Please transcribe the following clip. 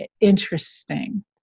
interesting